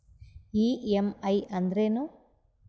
EMI ಅಂದ್ರೇನು?